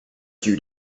few